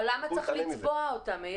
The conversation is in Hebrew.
אבל למה צריך לצבוע אותם?